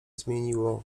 zmieniło